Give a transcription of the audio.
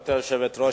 גברתי היושבת-ראש,